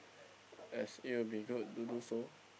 yes it will be good to do so